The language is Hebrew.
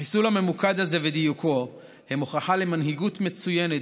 החיסול הממוקד הזה ודיוקו הם הוכחה למנהיגות מצוינת,